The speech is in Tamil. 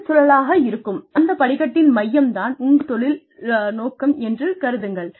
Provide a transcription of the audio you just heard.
சுழல் சுழலாக இருக்கும் அந்த படிக்கட்டின் மையம் தான் உங்கள் தொழில் நோக்கம் என்று கருதுங்கள்